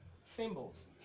Symbols